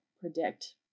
predict